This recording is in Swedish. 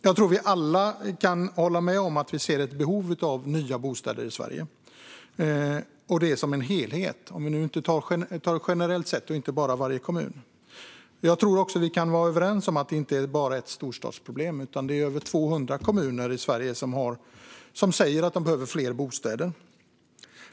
Jag tror att vi alla kan hålla med om att vi ser ett behov av nya bostäder i Sverige som helhet - generellt sett och inte bara i varje kommun. Jag tror också att vi kan vara överens om att detta inte bara är ett storstadsproblem. Över 200 kommuner i Sverige säger att de behöver fler bostäder.